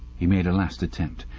he made a last attempt.